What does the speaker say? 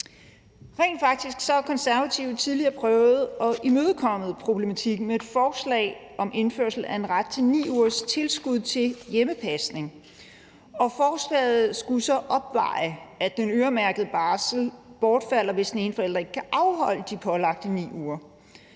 Rent faktisk har Konservative tidligere prøvet at imødekomme problematikken med et forslag om indførsel af en ret til 9 ugers tilskud til hjemmepasning. Forslaget skulle så opveje, at den øremærkede barsel bortfalder, hvis den ene forælder ikke kan afholde de pålagte 9 uger.